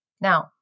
Now